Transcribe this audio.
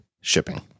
shipping